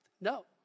No